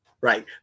right